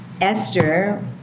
Esther